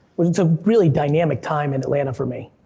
but it's a really dynamic time in atlanta for me.